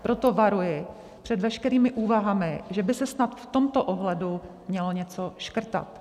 Proto varuji před veškerými úvahami, že by se snad v tomto ohledu mělo něco škrtat.